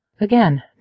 again